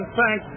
thank